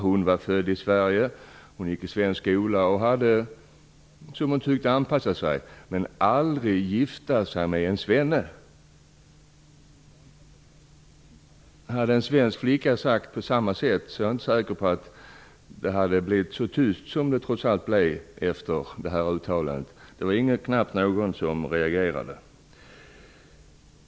Hon var född i Sverige, gick i svensk skola och tyckte att hon hade anpassat sig. Men hon skulle aldrig gifta sig med en svenne. Om en svensk flicka hade uttalat sig på samma sätt är jag inte säker på att det hade blivit så tyst som det blev efter det här uttalandet. Det var knappt någon som reagerade.